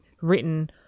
written